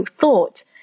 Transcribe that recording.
thought